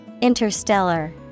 Interstellar